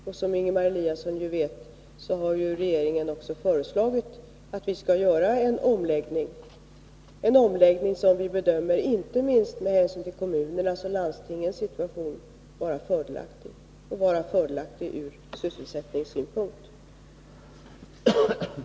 Regeringen har också, som Ingemar Eliasson vet, föreslagit en omläggning — en omläggning som vi, inte minst med hänsyn till kommunernas och landstingens situation, bedömer vara fördelaktig ur sysselsättningssynpunkt.